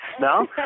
No